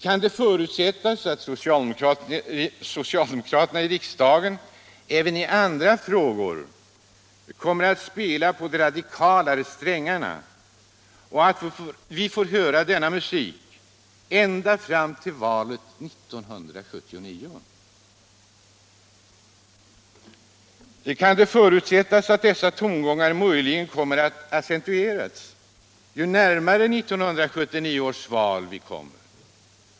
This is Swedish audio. Kan det förutsättas att socialdemokraterna i riksdagen även i andra frågor kommer att spela på de radikalare strängarna och att vi får höra denna musik ända fram till valet 1979? Kan det förutsättas att dessa tongångar möjligen kommer att accentueras ju närmare 1979 års val vi kommer?